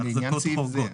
החזקות חורגות.